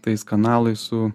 tais kanalais su